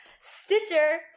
Stitcher